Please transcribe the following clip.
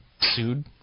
sued –